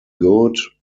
good